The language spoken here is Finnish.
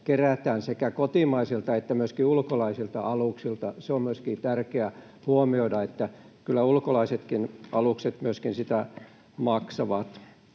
kerätään sekä kotimaisilta että ulkomaisilta aluksilta. Se on tärkeä huomioida, että kyllä ulkolaisetkin alukset sitä maksavat,